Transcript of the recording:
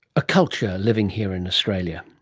a culture living here, in australia.